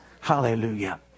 Hallelujah